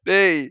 Hey